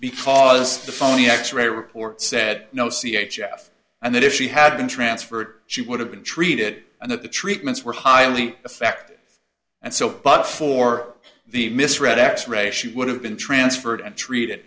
because the phony x ray report said no c h f and that if she had been transferred she would have been treated and that the treatments were highly effective and so but for the misread x ray she would have been transferred and treat